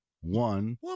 One